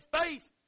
faith